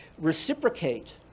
reciprocate